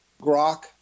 grok